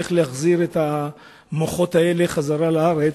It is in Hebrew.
איך להחזיר את המוחות האלה חזרה לארץ,